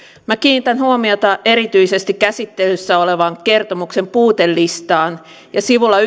minä kiinnitän huomiota erityisesti käsittelyssä olevan kertomuksen puutelistaan ja sivulla